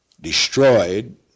destroyed